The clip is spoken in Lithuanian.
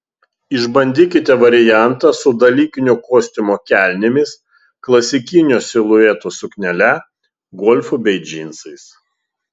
išbandykite variantą su dalykinio kostiumo kelnėmis klasikinio silueto suknele golfu bei džinsais